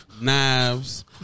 Knives